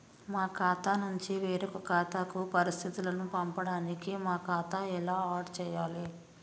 మా ఖాతా నుంచి వేరొక ఖాతాకు పరిస్థితులను పంపడానికి మా ఖాతా ఎలా ఆడ్ చేయాలి?